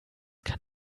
kann